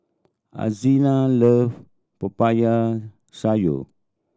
Alzina love Popiah Sayur